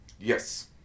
Yes